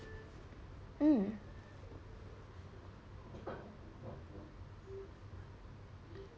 mm